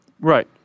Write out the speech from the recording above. Right